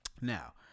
Now